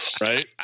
Right